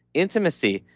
intimacy,